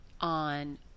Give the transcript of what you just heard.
on